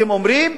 אתם אומרים: